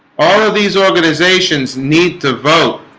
all of these organizations need to vote